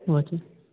okay